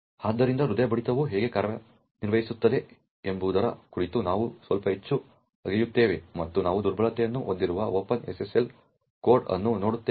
ಆದ್ದರಿಂದ ಹೃದಯ ಬಡಿತವು ಹೇಗೆ ಕಾರ್ಯನಿರ್ವಹಿಸುತ್ತದೆ ಎಂಬುದರ ಕುರಿತು ನಾವು ಸ್ವಲ್ಪ ಹೆಚ್ಚು ಅಗೆಯುತ್ತೇವೆ ಮತ್ತು ನಾವು ದುರ್ಬಲತೆಯನ್ನು ಹೊಂದಿರುವ ಓಪನ್ SSL ಕೋಡ್ ಅನ್ನು ನೋಡುತ್ತೇವೆ